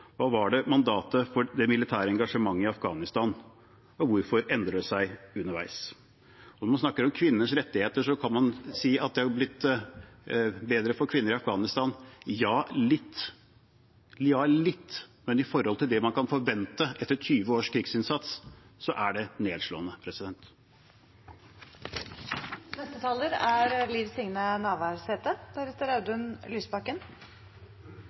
Hva var mandatet for det militære engasjementet i Afghanistan, og hvorfor endret det seg underveis? Når man snakker om kvinners rettigheter, kan man si at det er blitt bedre for kvinner i Afghanistan – ja, litt, men i forhold til det man kan forvente etter 20 års krigsinnsats, er det nedslående.